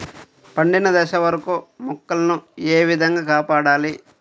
పండిన దశ వరకు మొక్కల ను ఏ విధంగా కాపాడాలి?